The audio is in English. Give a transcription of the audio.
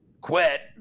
quit